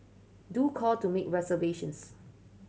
do call to make reservations